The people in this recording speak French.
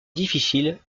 difficile